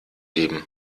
eben